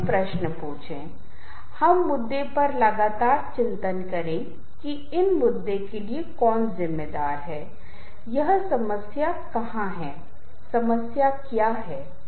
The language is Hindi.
वास्तव में हम कहते हैं कि यह शब्द संगीत की दुनिया से उभरा है और आप देखते हैं कि भारतीय संदर्भ में एक सौंदर्य अनुभव के रूप में आप संगीत के साथ शुरू करते हैं और जैसे ही आप भारतीय शास्त्रीय संगीत में गहराई से जाते हैं आप अधिक चिंतनशील बन जाते हैं और आनंद की स्थिति में होते हैं